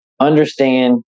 understand